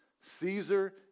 Caesar